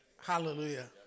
Hallelujah